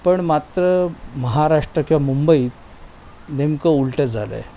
पण मात्र महाराष्ट्र किंवा मुंबईत नेमकं उलटं झालं आहे